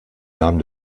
namen